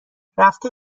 رفته